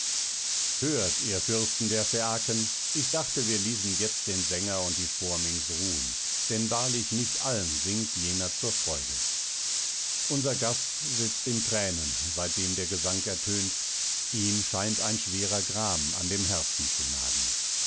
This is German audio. hört ihr fürsten der phäaken ich dachte wir ließen jetzt den sänger und die phorminx ruhen denn wahrlich nicht allen singt jener zur freude unser gast sitzt in thränen seitdem der gesang ertönt ihm scheint ein schwerer gram an dem herzen zu nagen